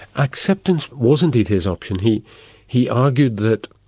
acceptance was indeed his option. he he argued that